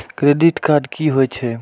Credit card की होई छै?